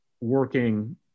working